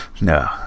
No